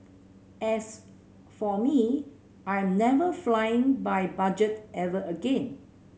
as for me I'm never flying by budget ever again